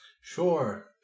Sure